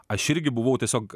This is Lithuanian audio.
aš irgi buvau tiesiog